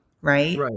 right